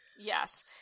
Yes